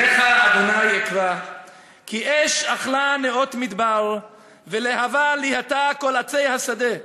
"אליך ה' אקרא כי אש אכלה נאות מדבר ולהבה להטה כל עצי השדה.